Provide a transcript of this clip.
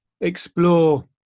explore